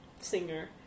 singer